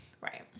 Right